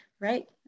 Right